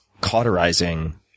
cauterizing